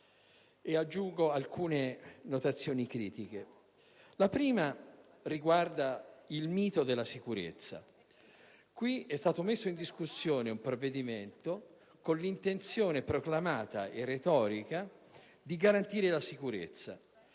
aggiungo alcune notazioni critiche. La prima riguarda il mito della sicurezza. Qui è stato messo in discussione un provvedimento con l'intenzione, proclamata e retorica, di garantire la sicurezza.